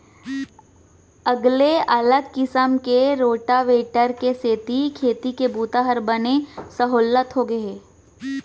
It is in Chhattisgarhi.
अगले अलग किसम के रोटावेटर के सेती खेती के बूता हर बने सहोल्लत होगे हे